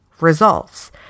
results